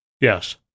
Yes